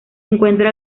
encuentra